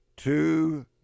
Two